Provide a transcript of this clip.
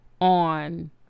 On